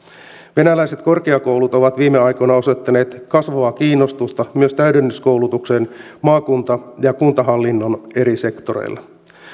venäläiset korkeakoulut ovat viime aikoina osoittaneet kasvavaa kiinnostusta myös täydennyskoulutukseen maakunta ja kuntahallinnon eri sektoreilla